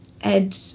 Ed